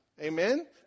Amen